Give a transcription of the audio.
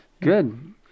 Good